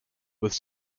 with